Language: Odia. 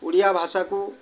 ଓଡ଼ିଆ ଭାଷାକୁ